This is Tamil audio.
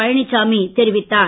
பழனிசாமி தெரிவித்தார்